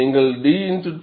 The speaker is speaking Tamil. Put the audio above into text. நீங்கள் d dN